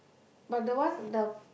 but the one the